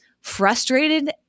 frustrated